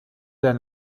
der